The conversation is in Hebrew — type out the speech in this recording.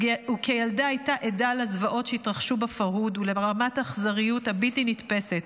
וכילדה הייתה עדה לזוועות שהתרחשו בפרהוד ולרמת האכזריות הבלתי-נתפסת,